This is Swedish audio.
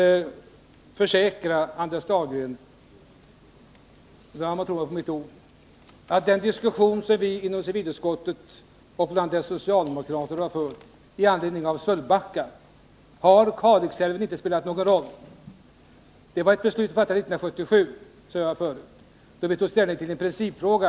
Jag försäkrar Anders Dahlgren — han må tro mig på mitt ord — att i den diskussion som vi har fört inom civilutskottet och bland dess socialdemokrater i anledning av Sölvbacka, så har Kalix älv inte spelat någon roll. Det fattades ett beslut 1977, då vi tog ställning till en principfråga.